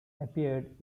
appeared